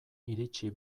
iritsi